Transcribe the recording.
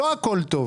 לא הכול טוב.